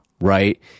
right